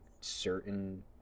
certain